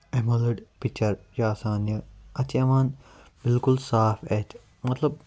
picture چھِ آسان یہِ اَتھ یِوان بِلکُل صاف اَتھِ مطلب